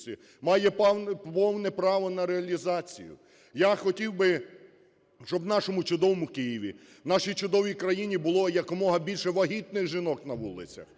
має повне право на реалізацію. Я хотів би, щоб в нашому чудовому Києві, нашій чудовій країні було якомога більше вагітних жінок на вулицях.